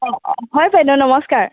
অঁ অঁ হয় বাইদেউ নমস্কাৰ